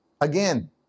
again